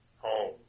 Home